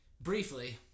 briefly